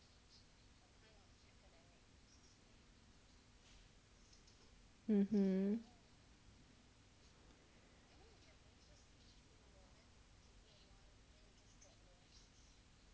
(uh huh)